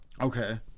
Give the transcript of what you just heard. Okay